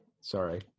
Sorry